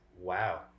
wow